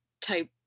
type